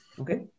Okay